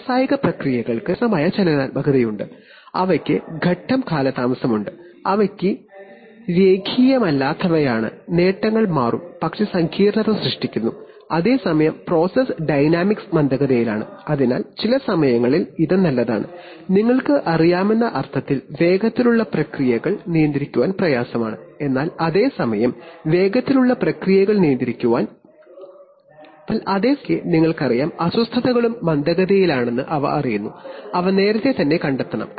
വ്യാവസായിക പ്രക്രിയകൾക്ക് ചിലപ്പോൾ വളരെ സങ്കീർണ്ണമായ ചലനാത്മകതയുണ്ട് അവയ്ക്ക് ഘട്ടം കാലതാമസമുണ്ട് അവ non ലീനിയർ ആണ് gain മാറും അതിനാൽ സങ്കീർണ്ണത സൃഷ്ടിക്കുന്നു അതേ സമയം പ്രോസസ് ഡൈനാമിക്സ് മന്ദഗതിയിലാണ് അതിനാൽ ചില സമയങ്ങളിൽ ഇത് നല്ലതാണ് വേഗത്തിലുള്ള പ്രക്രിയകൾ നിയന്ത്രിക്കാൻ പ്രയാസമാണ് എന്നാൽ അതേ സമയം ചിലപ്പോഴൊക്കെ അസ്വസ്ഥതകളും മന്ദഗതിയിലാണെന്ന് അറിയുന്നു അവ നേരത്തെ തന്നെ കണ്ടെത്തണം